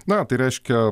na tai reiškia